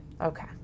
Okay